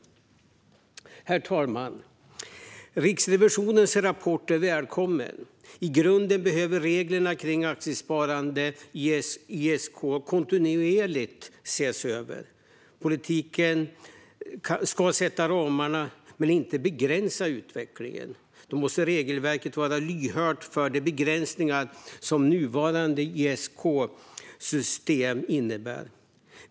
Herr talman! Riksrevisionens rapport är välkommen. I grunden behöver reglerna kring aktiesparande i ISK kontinuerligt ses över. Politiken ska sätta ramarna men inte begränsa utvecklingen. Då måste regelverket vara lyhört för de begränsningar som det nuvarande ISK-systemet innebär.